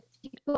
people